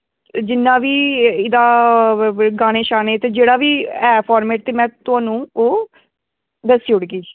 ते जिन्ना बी एह्दा गाने जिन्ना बी नृत् जेह्ड़ा ओह् थुहानू दस्सी ओड़गी